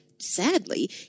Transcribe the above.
Sadly